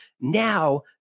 Now